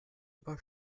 über